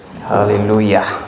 Hallelujah